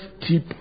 tip